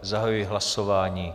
Zahajuji hlasování.